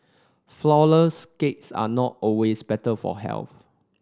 flourless cakes are not always better for health